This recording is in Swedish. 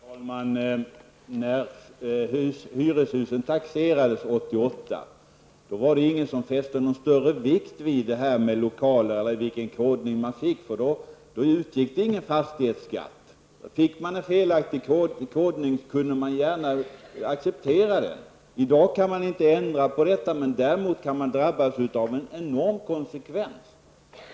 Herr talman! När hyreshusen taxerades 1988 var det ingen som fäste någon större vikt vid det här med lokaler eller vilken kodning man fick. Då utgick det ingen fastighetsskatt. Fick man en felaktig kodning, kunde man gärna acceptera den. I dag kan man inte ändra på detta. Däremot kan man drabbas av en enorm konsekvens.